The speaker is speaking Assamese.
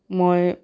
মই